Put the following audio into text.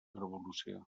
revolució